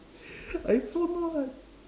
iphone [what]